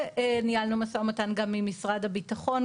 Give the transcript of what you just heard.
וניהלנו משא ומתן גם עם משרד הביטחון,